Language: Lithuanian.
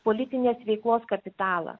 politinės veiklos kapitalą